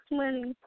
money